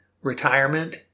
retirement